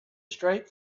straight